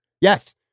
Yes